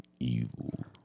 Evil